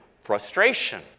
frustration